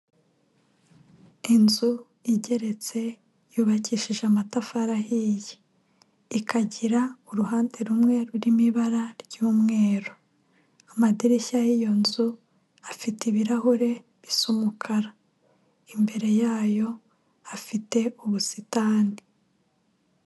Inzu igeretse, yubakishije amatafari ahiye, ikagira uruhande rumwe rurimo ibara ry'umweru, amadirishya y'iyo nzu afite ibirahure bisa umukara, imbere yayo hafite ubusitani.